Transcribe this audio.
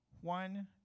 one